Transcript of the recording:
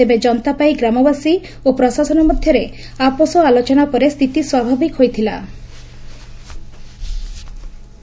ତେବେ ଯନ୍ତାପାଇ ଗ୍ରାମବାସୀ ଓ ପ୍ରଶାସନ ମଧ୍ୟରେ ଆପୋଷ ଆଲୋଚନା ପରେ ସ୍ତିତି ସ୍ନାଭାବିକ ହୋଇଥଲା